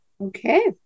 Okay